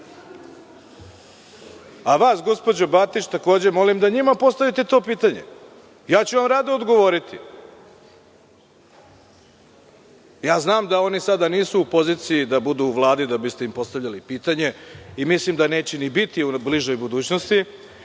gospođo Batić molim da njima postavite to pitanje. Rado ću vam odgovoriti. Znam da oni sada nisu u poziciji da budu u Vladi da biste im postavljali pitanja i mislim da neće ni biti u bližoj budućnosti,